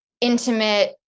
intimate